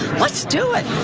let's do it.